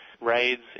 raids